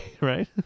right